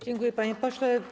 Dziękuję, panie pośle.